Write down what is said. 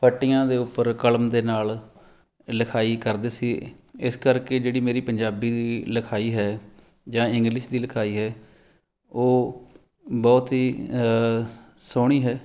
ਫੱਟੀਆਂ ਦੇ ਉੱਪਰ ਕਲਮ ਦੇ ਨਾਲ ਲਿਖਾਈ ਕਰਦੇ ਸੀ ਇਸ ਕਰਕੇ ਜਿਹੜੀ ਮੇਰੀ ਪੰਜਾਬੀ ਦੀ ਲਿਖਾਈ ਹੈ ਜਾਂ ਇੰਗਲਿਸ਼ ਦੀ ਲਿਖਾਈ ਹੈ ਉਹ ਬਹੁਤ ਹੀ ਸੋਹਣੀ ਹੈ